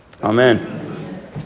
Amen